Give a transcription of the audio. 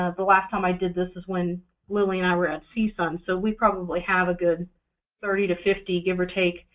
ah the last time i did this is when lily and i were at csun, so we probably have a good thirty to fifty, give or take,